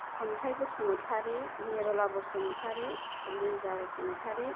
खन्थाइ बसुमतारी निरला बसुमतारी लिजा बसुमतारी